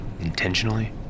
intentionally